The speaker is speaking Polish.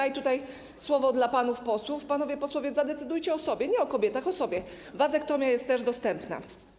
I tutaj słowo do panów posłów: panowie posłowie, zadecydujcie o sobie, nie o kobietach, o sobie - wazektomia jest też dostępna.